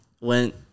went